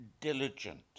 diligent